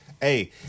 Hey